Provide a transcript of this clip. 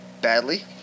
badly